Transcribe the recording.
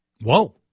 Whoa